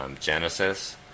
Genesis